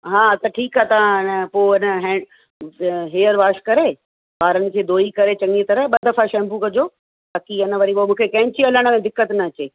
हा त ठीकु आहे त ए न पोइ ए न हैंड हैयर वाश करे वारन खे धोई करे चङी तरह ॿ दफ़ा शैम्पू कजो ताकि ए न वरी पोइ मूंखे कैंची हलाइण में दिक़तु न अचे